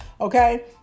okay